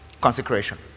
Consecration